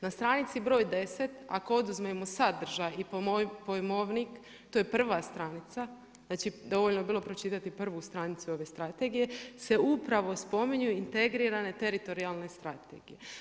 Na stranici broj 10. ako oduzmemo sadržaj i pojmovnik to je prva stranica, znači dovoljno je bilo pročitati prvu stranicu ove strategije se upravo spominju integrirane teritorijalne strategije.